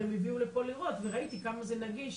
אבל הם הביאו לפה לראות וראיתי כמה זה נגיש